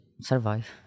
survive